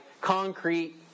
concrete